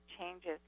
changes